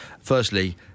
Firstly